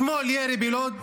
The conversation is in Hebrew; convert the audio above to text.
אתמול ירי בלוד,